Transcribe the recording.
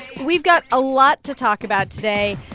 we've got a lot to talk about today.